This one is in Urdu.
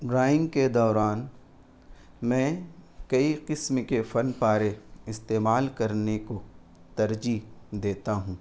ڈرائنگ کے دوران میں کئی قسم کے فن پارے استعمال کرنے کو ترجیح دیتا ہوں